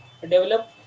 develop